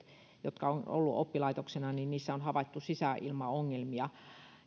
jotka ovat olleet oppilaitoksena on havaittu sisäilmaongelmia